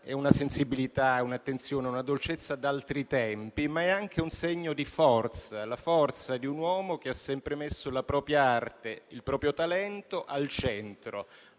È una sensibilità, un'attenzione, una dolcezza d'altri tempi, ma è anche un segno di forza, la forza di un uomo che ha sempre messo la propria arte e il proprio talento al centro;